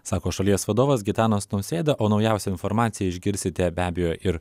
sako šalies vadovas gitanas nausėda o naujausią informaciją išgirsite be abejo ir